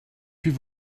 puis